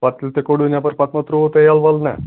پتہٕ یٚیٚلہِ تۄہہِ کوٚڈوٕ نیٚبر پَتہٕ ما ترٛووٕ توہہِ یلہٕ ولہٕ نا